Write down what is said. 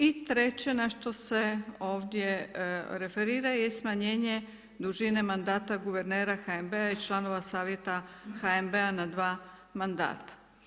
I treće na što se ovdje referira je smanjenje dužine mandata guvernera HNB-a i članova Savjeta HNB-a na dva mandata.